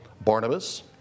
Barnabas